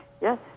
Yes